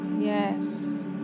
yes